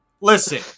Listen